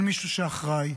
אין מישהו שאחראי,